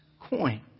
coin